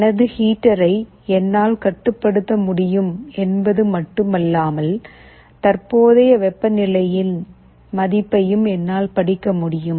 எனது ஹீட்டரை என்னால் கட்டுப்படுத்த முடியும் என்பது மட்டுமல்லாமல் தற்போதைய வெப்பநிலையின் மதிப்பையும் என்னால் படிக்க முடியும்